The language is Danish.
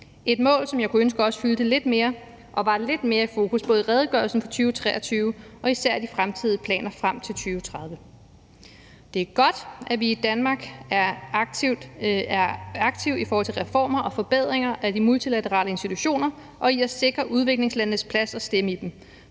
– mål, som jeg kunne ønske også fyldte lidt mere og var lidt mere i fokus både i redegørelsen for 2023 og især i de fremtidige planer frem til 2030. Det er godt, at vi i Danmark er aktive i forhold til reformer og forbedringer af de multilaterale institutioner og i forhold til at sikre udviklingslandenes plads og stemme i dem,